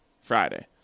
Friday